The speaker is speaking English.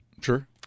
Sure